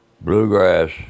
bluegrass